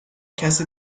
کسی